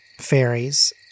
fairies